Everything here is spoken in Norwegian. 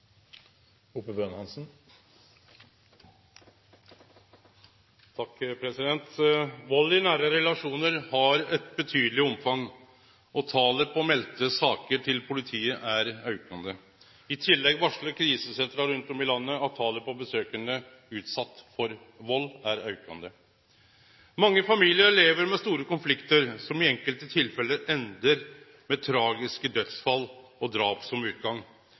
viktige området. Vald i nære relasjonar har eit betydeleg omfang, og talet på melde saker til politiet er aukande. I tillegg varslar krisesentra rundt om i landet at talet på besøkande utsette for vald er aukande. Mange familiar lever med store konfliktar som i enkelte tilfelle endar med tragiske dødsfall og har drap som utgang.